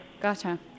Gotcha